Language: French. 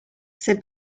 cette